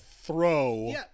throw